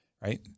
right